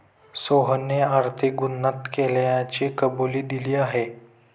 सोहनने आर्थिक गुन्हा केल्याची कबुली दिली आहे